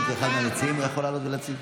השם שלי מופיע בהצעה?